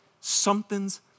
something's